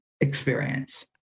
experience